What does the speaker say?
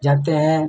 जाते हैं